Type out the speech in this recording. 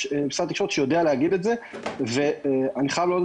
יש משרד תקשורת שיודע להגיד את זה ואני חייב להודות